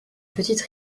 petite